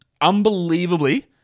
unbelievably